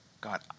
God